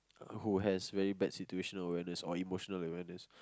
who has very bad situation or emotional awareness